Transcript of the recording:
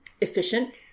efficient